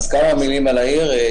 כמה מילים על העיר,